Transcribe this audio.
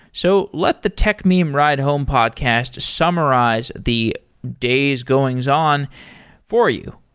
so let the techmeme ride home podcast summarize the days goings-on for you.